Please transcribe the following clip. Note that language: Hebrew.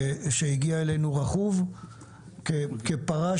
שהגיע אלינו רכוב כפרש.